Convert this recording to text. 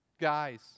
Guys